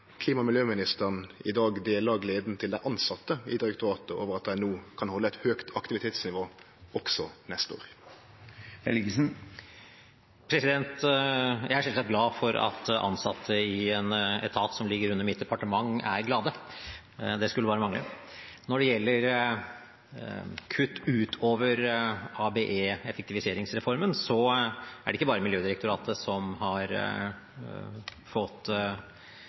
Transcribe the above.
klima- og miljøministeren i dag deler gleda til dei tilsette i direktoratet over at dei no kan halde eit høgt aktivitetsnivå også neste år. Jeg er selvsagt glad for at ansatte i en etat som ligger under mitt departement, er glade. Det skulle bare mangle. Når det gjelder kutt utover ABE-reformen, effektiviseringsreformen, er det ikke bare Miljødirektoratet som har fått